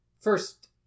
first